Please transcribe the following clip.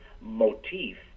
motif